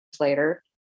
later